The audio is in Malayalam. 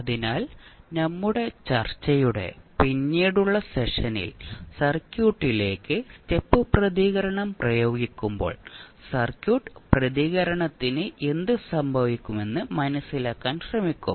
അതിനാൽ നമ്മുടെ ചർച്ചയുടെ പിന്നീടുള്ള സെഷനിൽ സർക്യൂട്ടിലേക്ക് സ്റ്റെപ്പ് പ്രതികരണം പ്രയോഗിക്കുമ്പോൾ സർക്യൂട്ട് പ്രതികരണത്തിന് എന്ത് സംഭവിക്കുമെന്ന് മനസിലാക്കാൻ ശ്രമിക്കും